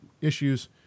issues